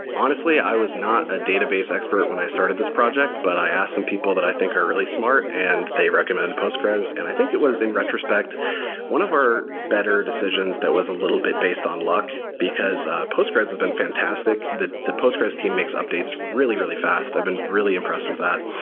honestly, i was not the ah database expert when i started this project, but i asked some people that i think are really smart and they recommend postgres, and i think it was in retrospect one of word better decisions that was a little bit based on luck, because ah postgres has been fantastic. the the postgres team makes updates really, really fast. i've been really impressed with that.